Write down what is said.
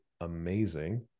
amazing